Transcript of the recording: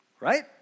Right